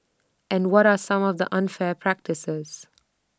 and what are some of the unfair practices